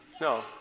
No